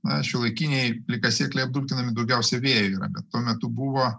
na šiuolaikiniai plikasėkliai apdulkinami daugiausiai vėju yra tuo metu buvo